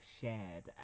shared